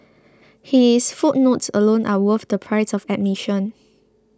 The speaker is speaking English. his footnotes alone are worth the price of admission